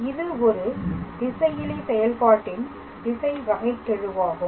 இது ஒரு திசையிலி செயல்பாட்டின் திசை வகைகெழுவாகும்